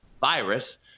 virus